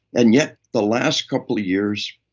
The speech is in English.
and yet the last couple of years,